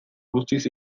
guztiz